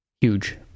huge